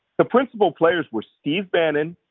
the principal players were steve bannon,